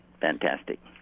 Fantastic